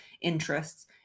interests